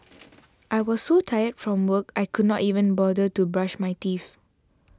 I was so tired from work I could not even bother to brush my teeth